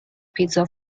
پیتزا